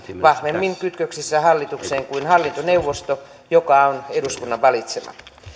vahvemmin kytköksissä hallitukseen kuin hallintoneuvosto joka on eduskunnan valitsema